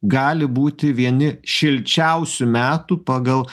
gali būti vieni šilčiausių metų pagal